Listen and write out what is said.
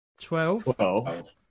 twelve